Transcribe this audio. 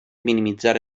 minimitzar